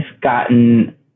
gotten